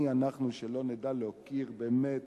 מי אנחנו שלא נדע להוקיר, באמת,